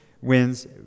wins